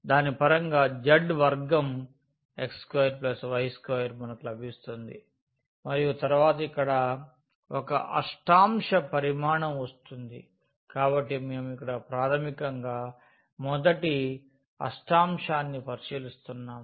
దాని పరంగా z వర్గం x2y2 మనకు లభిస్తుంది మరియు తరువాత ఇక్కడ ఒక అష్టాంశ పరిమాణం వస్తుంది కాబట్టి మేము ఇక్కడ ప్రాథమికంగా మొదటి అష్టాన్ని పరిశీలిస్తున్నాము